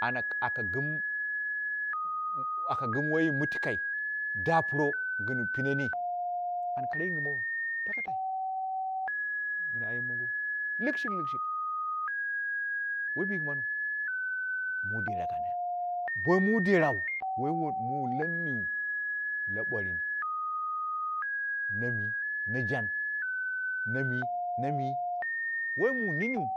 Ana aku gɨn, wu wi waime mɨtikai daa puro gɨn pɨnen yi an kuro yingɨmowo takatai gɨn ayim mongo, lɨshik likshik, wai bi kɨmaniu, mun dera kanaya, bowai mu derau wai mu neneu, na ɓwewin, na mi na jan, nami nami, wai mu niniu